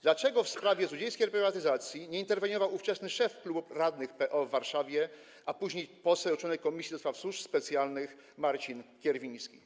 Dlaczego w sprawie złodziejskiej reprywatyzacji nie interweniował ówczesny szef klubu radnych PO w Warszawie, a później poseł, członek Komisji do Spraw Służb Specjalnych Marcin Kierwiński?